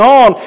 on